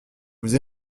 vous